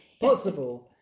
possible